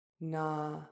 na